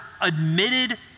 admitted